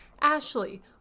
Ashley